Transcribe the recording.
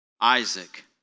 Isaac